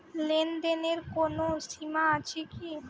লেনদেনের কোনো সীমা আছে কি?